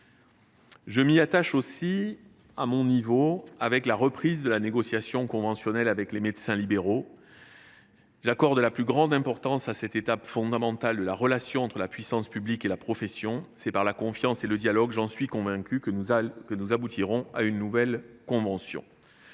Je m’y attache, à mon niveau, en reprenant la négociation conventionnelle avec les médecins libéraux. J’accorde la plus grande importance à cette étape fondamentale de la relation entre la puissance publique et la profession. Je suis convaincu que c’est par la confiance et le dialogue que nous aboutirons à une nouvelle convention.